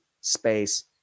space